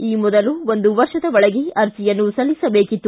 ಈ ಮೊದಲು ಒಂದು ವರ್ಷದ ಒಳಗೆ ಅರ್ಜಿಯನ್ನು ಸಲ್ಲಿಸಬೇಕಿತ್ತು